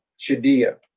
Shadia